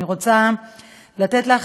אני רוצה לתת לך,